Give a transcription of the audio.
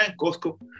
Costco